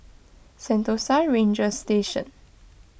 Sentosa Ranger Station